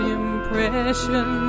impression